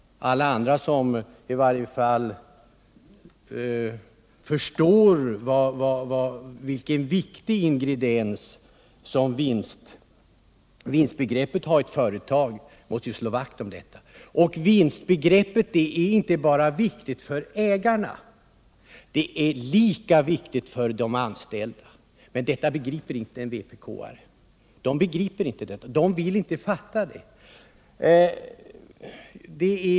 Alla andra som förstår vilken viktig ingrediens vinstbegreppet är i ett företag måste slå vakt om det. Vinstbegreppet är inte bara viktigt för ägarna — det är lika viktigt för de anställda. Men detta begriper inte vpk-arna. De vill inte fatta det.